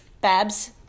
Babs